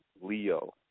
Leo